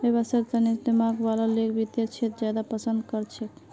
व्यवसायेर स्तरेर दिमाग वाला लोग वित्तेर क्षेत्रत ज्यादा पसन्द कर छेक